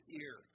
ear